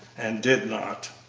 and did not.